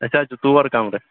اَسہِ حظ چھِ ژور کَمرٕ